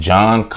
John